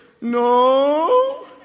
no